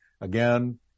Again